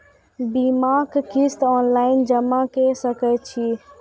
बीमाक किस्त ऑनलाइन जमा कॅ सकै छी?